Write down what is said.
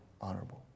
Honorable